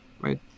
right